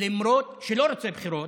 למרות שהוא לא רוצה בחירות,